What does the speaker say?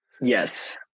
Yes